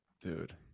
Dude